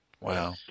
Wow